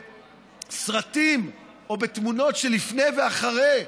בסרטים או בתמונות של לפני ואחרי.